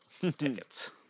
Tickets